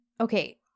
okay